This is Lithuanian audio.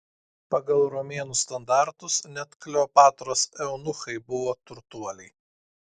pagal romėnų standartus net kleopatros eunuchai buvo turtuoliai